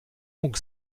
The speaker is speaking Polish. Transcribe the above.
mógł